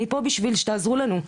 אני פה בשביל שתעזרו לנו.